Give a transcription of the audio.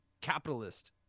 capitalist